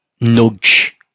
nudge